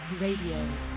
radio